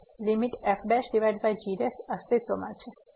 તેથી limit fg અસ્તિત્વમાં છે